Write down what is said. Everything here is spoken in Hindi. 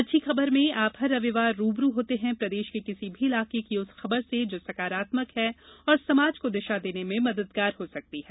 अच्छी खबरमें आप हर रविवार रूबरू होते हैं प्रदेश के किसी भी इलाके की उस खबर से जो सकारात्मक है और समाज को दिशा देने में मददगार हो सकती है